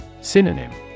Synonym